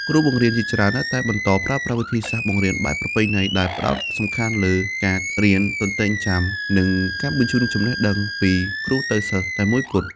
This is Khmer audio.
គ្រូបង្រៀនជាច្រើននៅតែបន្តប្រើប្រាស់វិធីសាស្ត្របង្រៀនបែបប្រពៃណី ដែលផ្តោតសំខាន់លើការ រៀនទន្ទេញចាំ និងការបញ្ជូនចំណេះដឹងពីគ្រូទៅសិស្សតែមួយគត់។